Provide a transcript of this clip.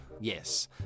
yes